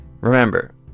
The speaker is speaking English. Remember